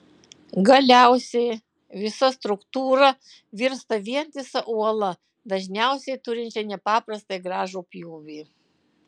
galiausiai visa struktūra virsta vientisa uola dažniausiai turinčia nepaprastai gražų pjūvį